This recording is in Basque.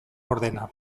ordena